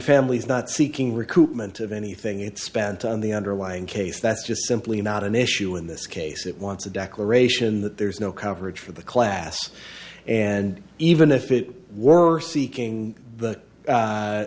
families not seeking recruitment of anything it's spent on the underlying case that's just simply not an issue in this case it wants a declaration that there's no coverage for the class and even if it were seeking